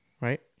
Right